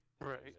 Right